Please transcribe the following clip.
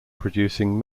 producing